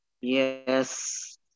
yes